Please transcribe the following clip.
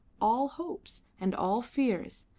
all hopes and all fears,